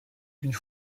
une